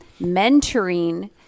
mentoring